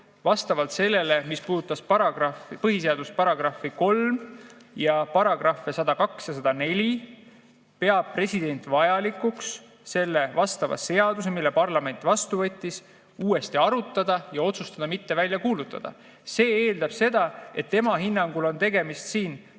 vastavalt sellele, mis puudutas põhiseaduse § 3 ning § 102 ja § 104, peab president vajalikuks seda seadust, mille parlament vastu võttis, uuesti arutada ja otsustada seda mitte välja kuulutada. See eeldab seda, et tema hinnangul on tegemist